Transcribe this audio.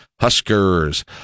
Huskers